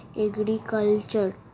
agriculture